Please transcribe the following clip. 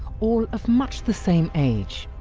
all of much the same age.